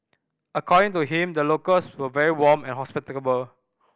according to him the locals were very warm and hospitable